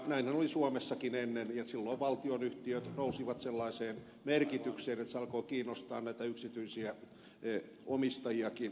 näinhän oli suomessakin ennen ja silloin valtionyhtiöt nousivat sellaiseen merkitykseen että se alkoi kiinnostaa näitä yksityisiä omistajiakin